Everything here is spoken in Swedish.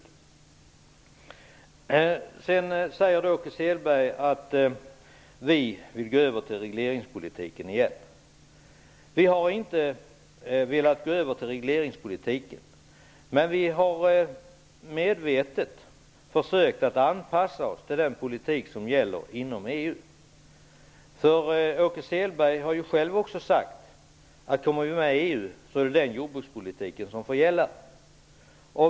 Åke Selberg påstod att vi vill gå över till regleringspolitiken igen. Vi har inte velat gå över till regleringspolitiken, men vi har medvetet försökt anpassa oss till den politik som gäller inom EU. Åke Selberg har själv sagt att kommer vi med i EU är det den jordbrukspolitiken som får gälla.